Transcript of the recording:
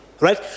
Right